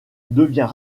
devient